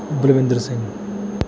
Balwinder Singh